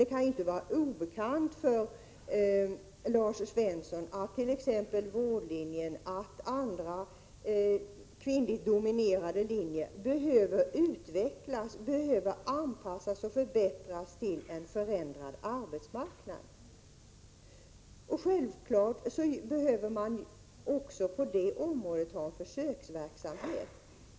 Det kan dock inte vara obekant för Lars Svensson att vårdlinjen och andra kvinnligt dominerade linjer behöver utvecklas, anpassas och förbättras i förhållande till en förändrad arbetsmarknad. Man behöver självfallet ha försöksverksamhet även på det området.